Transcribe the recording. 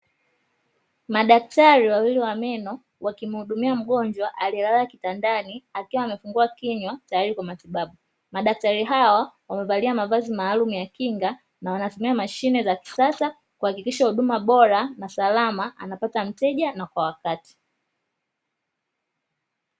Madaktari wawili wa meno wakimhudumia mgonjwa aliyelala kitandani akiwa amefungua kinywa tayari kwa matibabu. Madktari hawa wamevalia mavazi maalumu ya kinga na wanatumia mashine ya kisasa kuhakikisha huduma bora, na salama anapata mteja na kwa wakati.